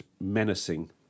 menacing